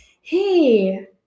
hey